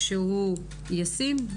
ישים,